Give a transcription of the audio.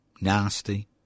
nasty